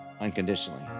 unconditionally